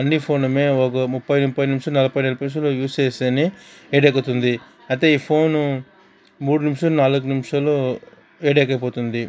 అన్ని ఫోన్లు ఒక ముప్ఫై ముప్ఫై నిమిషం నలభై నలభై నిమిషాలు యూజ్ చేస్తేనే వేడెక్కుతుంది అయితే ఈ ఫోన్ మూడు నిమిషాలు నాలుగు నిమిషాలు వేడెక్కిపోతుంది